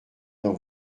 dans